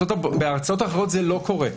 בארצות אחרות זה לא קורה,